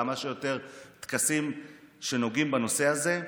כמה שיותר טקסים שנוגעים בנושא הזה.